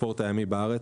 בספורט הימי בארץ,